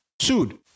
Sued